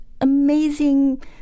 amazing